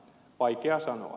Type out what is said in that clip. vaikea sanoa